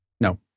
No